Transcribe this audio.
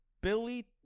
Billy